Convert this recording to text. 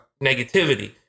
negativity